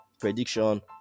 prediction